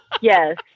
Yes